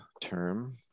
term